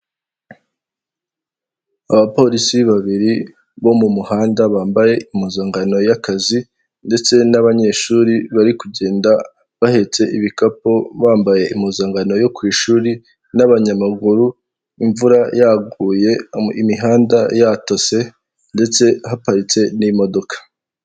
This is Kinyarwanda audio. Abapolisi babiri bo mu muhanda bambaye impuzankano y'akazi ndetse n'abanyeshuri bari kugenda bahetse ibikapu bambaye impuzankano yo ku ishuri n'abanyamaguru imvura yaguye imihanda yatose ndetse haparitse n'imodoka .